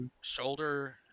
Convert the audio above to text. shoulder